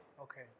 Okay